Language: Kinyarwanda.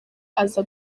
aza